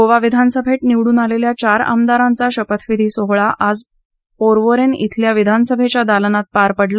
गोवा विधानसभेच्या पोटनिवडणुकीत निवडून आलेल्या चार आमदारांचा शपथविधी सोहळा आज पोरवोरेन शिल्या विधानसभेच्या दालनात पार पडला